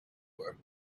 her